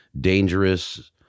dangerous